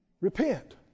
Repent